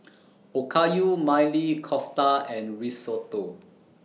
Okayu Maili Kofta and Risotto